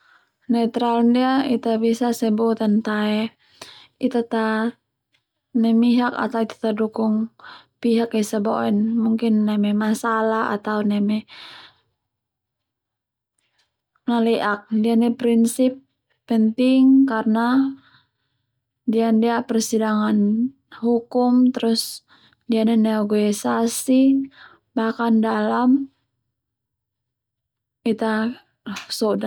Netral ndia Ita bisa sebut an tae Ita ta memihak atau Ita dukung pihak esa boe'n mungkin neme masalah atau neme nale'ak ndia ndia prinsip penting karna ndia ndia persidangan hukum terus ndia ndia negoisasi bahkan dalam Ita sodan a.